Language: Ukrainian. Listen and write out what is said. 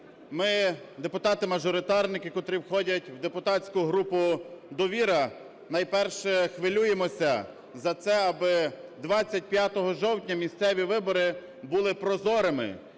ми – депутати-мажоритарники, котрі входять в депутатську групу "Довіра", найперше хвилюємося за це, аби 25 жовтня місцеві вибори були прозорими